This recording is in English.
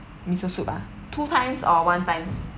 miso soup ah two times or one times